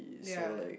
ya